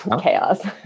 Chaos